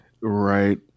Right